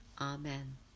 Amen